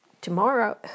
tomorrow